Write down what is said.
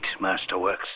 masterworks